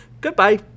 goodbye